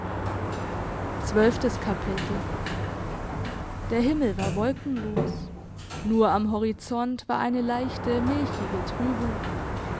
der himmel war wolkenlos nur am horizont war eine leichte milchige trübung